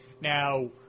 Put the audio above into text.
Now